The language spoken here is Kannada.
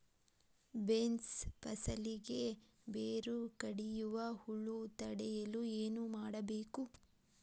ಬೇನ್ಸ್ ಫಸಲಿಗೆ ಬೇರು ಕಡಿಯುವ ಹುಳು ತಡೆಯಲು ಏನು ಮಾಡಬೇಕು?